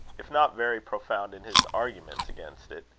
if not very profound in his arguments against it.